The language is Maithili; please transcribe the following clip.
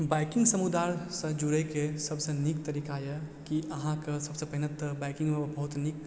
बाइकिंग समुदायसँ जुड़यके सबसँ नीक तरीका यऽ कि अहाँके सबसँ पहिने तऽ बाइकिंग बहुत नीक